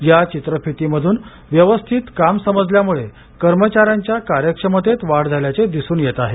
या चित्रफितीमधून विविध कामं समजल्यामुळे कर्मचार्यांच्या कार्यक्षमतेत वाढ झाल्याचे दिसून येत आहे